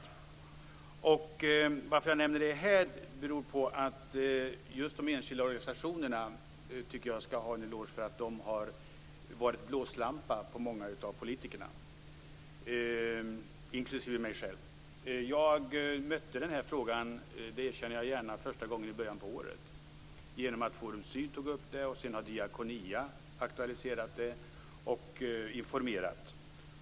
Anledningen till att jag nämner det här är att jag tycker att de enskilda organisationerna skall ha en eloge för att de har jagat många av politikerna - inklusive mig själv - med blåslampa. Jag mötte den här frågan för första gången i början av året - det erkänner jag gärna - genom att Forum Syd tog upp det. Sedan har Diakonia aktualiserat det och informerat.